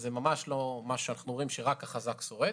זה ממש לא מה שאנחנו אומרים, שרק החזק שורד.